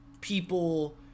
people